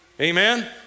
Amen